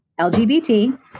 LGBT